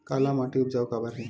काला माटी उपजाऊ काबर हे?